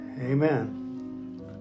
amen